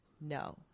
No